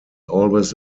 always